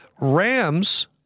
Rams